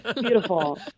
Beautiful